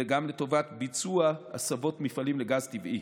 וגם לטובת ביצוע הסבות מפעלים לגז טבעי.